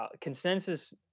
consensus